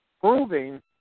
proving